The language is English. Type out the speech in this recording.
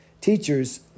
teachers